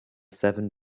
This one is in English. seven